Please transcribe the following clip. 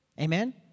Amen